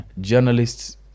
Journalists